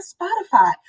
Spotify